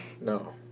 No